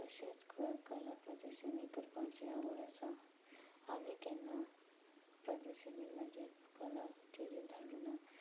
म्हाका तशेंच गोंयकाराक प्रदर्शनी करपाचे आवड आसा हांवें केन्ना प्रादर्शनीक म्हजे कला तेजेर धाडूना